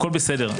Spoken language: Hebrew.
הכול בסדר,